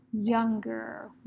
younger